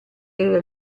era